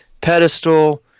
pedestal